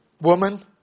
Woman